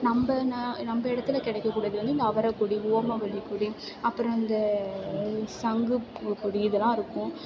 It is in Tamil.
நம்ம ந நம்ம இடத்துல கிடைக்க கூடியது வந்து இந்த அவரைக்கொடி ஓமவல்லிக்கொடி அப்புறம் இந்த சங்கு பூ கொடி இதெலாம் இருக்கும் அதுக்கப்புறம்